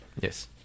Yes